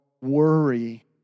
worry